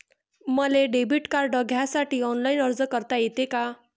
मले debit card घ्यासाठी online अर्ज करता येते का?